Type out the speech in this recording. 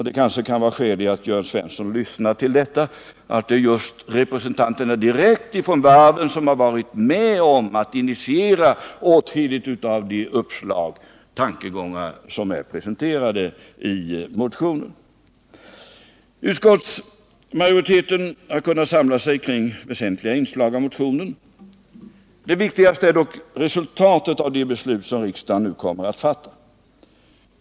Det kanske kan vara skäl i att Jörn Svensson lyssnar till detta, att det är just representanter direkt från varven som varit med om att initiera åtskilliga av de uppslag och tankegångar som är presenterade i motionen. Utskottsmajoriteten har kunnat samla sig kring väsentliga inslag i motionen. Det viktigaste är dock resultaten av de beslut som riksdagen nu kommer att fatta.